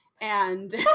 and-